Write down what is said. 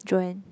Joann